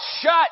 shut